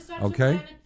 okay